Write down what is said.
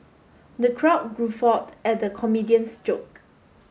the crowd guffawed at the comedian's joke